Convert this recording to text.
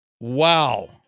Wow